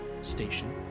station